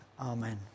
Amen